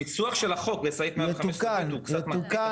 הניסוח של החוק בסעיף 115(ב) הוא קצת מטעה.